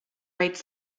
writes